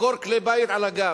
למכור כלי בית על הגב.